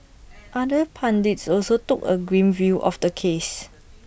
other pundits also took A grim view of the case